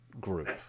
Group